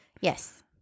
Yes